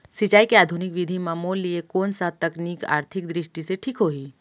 सिंचाई के आधुनिक विधि म मोर लिए कोन स तकनीक आर्थिक दृष्टि से ठीक होही?